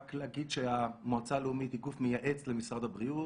רק להגיד שהמועצה הלאומית היא גוף מייעץ למשרד הבריאות.